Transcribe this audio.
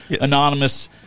anonymous –